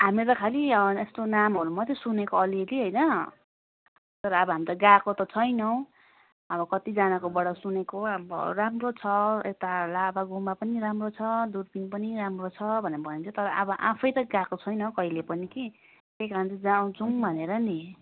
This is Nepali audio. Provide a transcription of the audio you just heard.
हामीले त खाली यस्तो नामहरू मात्रै सुनेको अलिअलि होइन तर अब हामी गएको त छैनौँ अब कतिजनाकोबाट सुनेको अब राम्रो छ यता लाभा गुम्बा पनि राम्रो छ दुर्पिन पनि राम्रो छ भनेर भन्छ तर अब आफै त गएको छैन कहिले पनि कि त्यही कारण जाऔँ कि भनेर नि